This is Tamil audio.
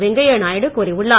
வெங்கையநாயுடு கூறியுள்ளார்